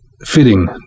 fitting